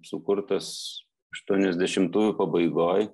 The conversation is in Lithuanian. sukurtos aštuoniasdešimtųjų pabaigoj